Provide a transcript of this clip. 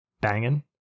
banging